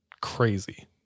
crazy